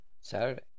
Saturday